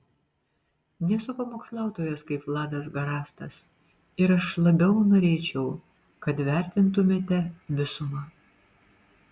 nesu pamokslautojas kaip vladas garastas ir aš labiau norėčiau kad vertintumėte visumą